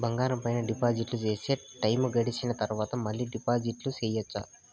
బంగారం పైన డిపాజిట్లు సేస్తే, టైము గడిసిన తరవాత, మళ్ళీ డిపాజిట్లు సెయొచ్చా?